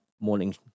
morning